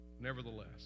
Nevertheless